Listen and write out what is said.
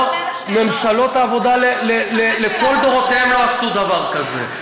ממשלות העבודה לכל דורותיהן לא עשו דבר כזה,